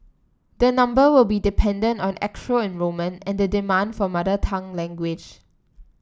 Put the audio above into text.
the number will be dependent on actual enrolment and the demand for mother tongue language